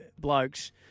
blokes